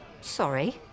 Sorry